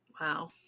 Wow